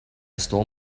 stole